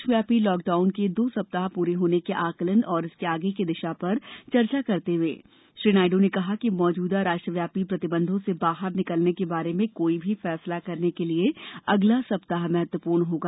देशव्यापी लॉकडाउन के दो सप्ताह पूरे होने के आकलन और इसके आगे की दिशा पर चर्चा करते हुए श्री नायडू ने कहा कि मौजूदा राष्ट्रव्यापी प्रतिबंधों से बाहर निकलने के बारे में कोई भी फैसला करने के लिए अगला सप्ताह महत्वपूर्ण होगा